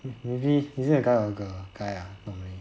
usually is it a guy or girl guy ah